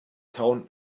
town